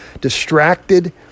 distracted